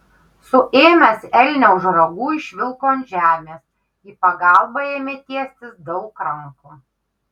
suėmęs elnią už ragų išvilko ant žemės į pagalbą ėmė tiestis daug rankų